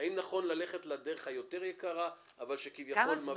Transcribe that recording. האם נכון ללכת לדרך היותר יקרה אבל שכביכול מבטיחה יותר?